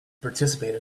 participate